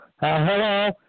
Hello